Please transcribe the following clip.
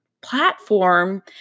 platform